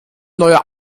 neuer